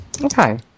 Okay